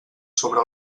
sobre